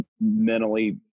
mentally